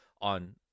on